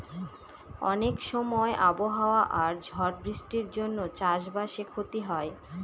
অনেক সময় আবহাওয়া আর ঝড় বৃষ্টির জন্য চাষ বাসে ক্ষতি হয়